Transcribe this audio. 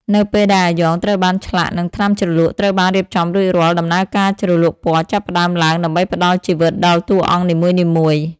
នៅពេលដែលអាយ៉ងត្រូវបានឆ្លាក់និងថ្នាំជ្រលក់ត្រូវបានរៀបចំរួចរាល់ ដំណើរការជ្រលក់ពណ៌ចាប់ផ្តើមឡើងដើម្បីផ្តល់ជីវិតដល់តួអង្គនីមួយៗ។